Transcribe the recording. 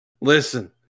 Listen